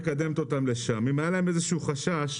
איזה שהוא חשש